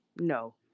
No